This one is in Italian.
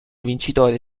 vincitore